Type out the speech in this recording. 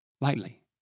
Lightly